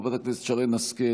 חברת הכנסת שרן השכל,